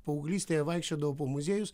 paauglystėje vaikščiodavau po muziejus